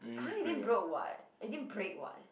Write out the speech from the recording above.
[huh] it didn't broke [what] it didn't break [what]